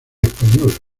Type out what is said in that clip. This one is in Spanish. española